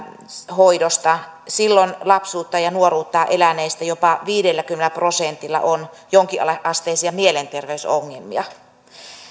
hoidossa silloin lapsuuttaan ja nuoruuttaan eläneistä jopa viidelläkymmenellä prosentilla on jonkinasteisia mielenterveysongelmia